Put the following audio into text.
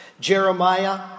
Jeremiah